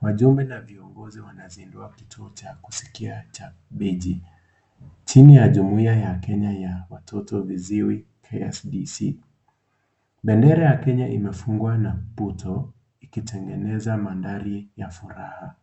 Majumbe na viongozi wanazindua kituo cha kusikia cha beji chini ya Jumuiya ya Kenya ya Watoto Viziwi, KSDC. Bendera ya Kenya imefungwa na puto ikitengeneza mandhari ya furaha.